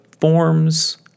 forms